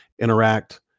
interact